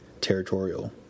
territorial